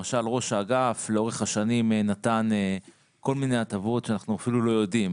למשל ראש האגף לאורך השנים נתן כל מיני הטבות שאנחנו אפילו לא יודעים,